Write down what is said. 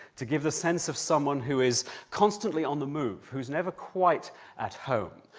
to give the sense of someone who is constantly on the move, who's never quite at home.